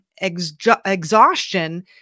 exhaustion